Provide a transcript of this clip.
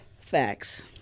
facts